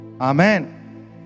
Amen